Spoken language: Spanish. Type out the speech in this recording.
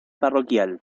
parroquial